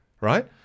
right